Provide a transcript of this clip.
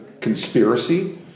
conspiracy